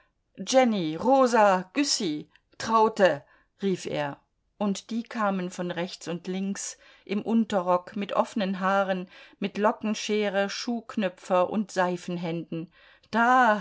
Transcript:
jenny rosa güssy traute rief er und die kamen von rechts und links im unterrock mit offenen haaren mit lockenschere schuhknöpfer und seifenhänden da